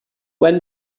when